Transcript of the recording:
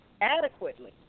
adequately